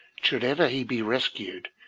should ever he be rescued,